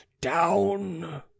down